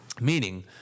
Meaning